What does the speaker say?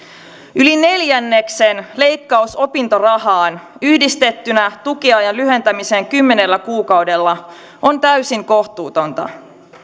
yli neljänneksen leikkaus opintorahaan yhdistettynä tukiajan lyhentämiseen kymmenellä kuukaudella on täysin kohtuutonta